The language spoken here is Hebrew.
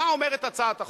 מה אומרת הצעת החוק?